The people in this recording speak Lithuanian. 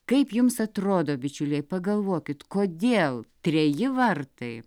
kaip jums atrodo bičiuliai pagalvokit kodėl treji vartai